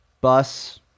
bus